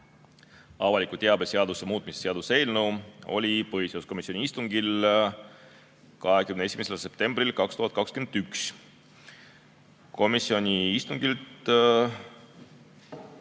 avaliku teabe seaduse muutmise seaduse eelnõu, oli põhiseaduskomisjoni istungil 21. septembril 2021. Komisjoni istungist